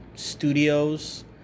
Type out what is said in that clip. Studios